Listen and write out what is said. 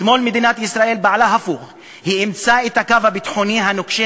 אתמול מדינת ישראל פעלה הפוך: היא אימצה את הקו הביטחוני הנוקשה